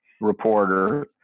reporter